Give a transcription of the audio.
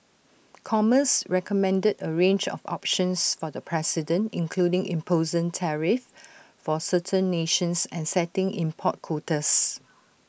commerce recommended A range of options for the president including imposing tariffs for certain nations and setting import quotas